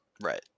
Right